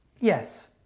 Yes